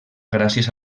gràcies